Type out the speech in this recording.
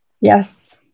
Yes